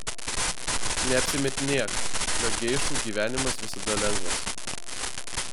neapsimetinėk jog geišų gyvenimas visada lengvas